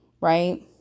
right